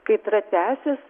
kaitra tęsis